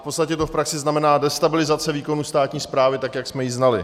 V podstatě to v praxi znamená destabilizaci výkonu státní správy, tak jak jsme ji znali.